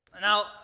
now